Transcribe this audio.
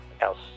else